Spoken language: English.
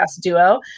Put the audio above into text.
duo